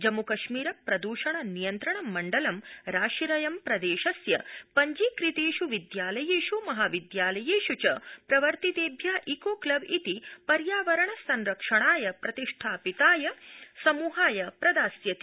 जम्मू कश्मीर प्रदृषण नियन्त्रण मण्डलं राशिरयं प्रदेशस्य पव्जीकृतेष् विद्यालयेष् महाविद्यालयेष् च प्रवर्तितेभ्य इको क्लब इति पर्यावरण संरक्षणाय प्रतिष्ठापितेभ्य समूहान् प्रति प्रदास्यति